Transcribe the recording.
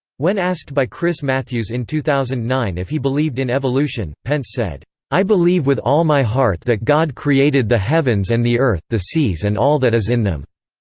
when asked by chris matthews in two thousand and nine if he believed in evolution, pence said i believe with all my heart that god created the heavens and the earth, the seas and all that is in them.